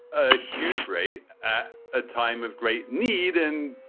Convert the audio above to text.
a huge rate at a time of great need and,